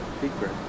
secret